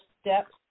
steps